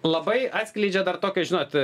labai atskleidžia dar tokio žinot